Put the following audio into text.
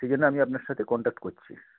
সেইজন্য আমি আপনার সাথে কনট্যাক্ট করছি